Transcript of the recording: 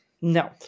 No